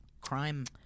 crime